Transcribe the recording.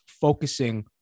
focusing